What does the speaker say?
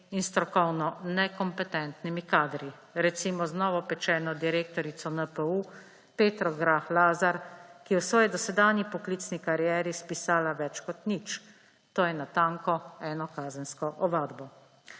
in strokovno nekompetentnimi kadri, recimo z novopečeno direktorico NPU Petro Grah Lazar, ki je v svoji dosedanji poklicni karieri spisala več kot nič, to je natanko eno kazensko ovadbo.